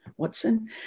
Watson